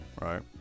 right